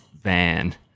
van